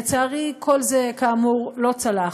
לצערי, כל זה כאמור לא צלח.